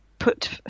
Put